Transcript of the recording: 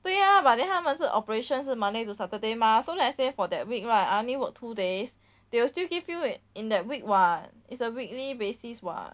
对 ah but then 他们是 operation 是 monday to saturday mah so let's say for that week right I only work two days they will still give you i~ in that week [what] it's a weekly basis [what]